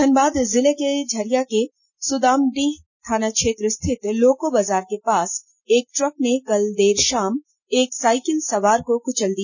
धनबाद जिले के झरिया के सुदामडीह थाना क्षेत्र स्थित लोको बाजार के पास एक ट्रक कल देर षाम एक साइकिल सवार को कुचल दिया